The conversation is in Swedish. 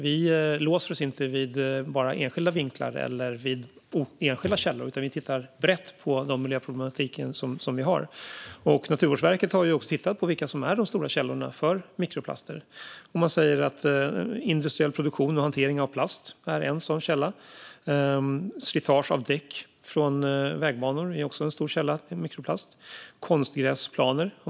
Vi låser oss inte vid våra enskilda vinklar eller vid enskilda källor, utan vi tittar brett på miljöproblematiken. Naturvårdsverket har tittat på vilka som är de stora källorna till mikroplaster. Man säger att industriell produktion och hantering av plast är en sådan källa. Slitage av däck från vägbanor är också en stor källa till mikroplast liksom konstgräsplaner.